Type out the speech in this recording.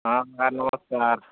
ହଁ ସାର୍ ନମସ୍କାର୍